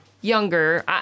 Younger